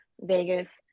Vegas